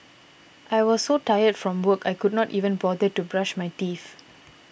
I was so tired from work I could not even bother to brush my teeth